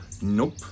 Nope